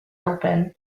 open